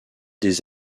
des